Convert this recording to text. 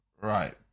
Right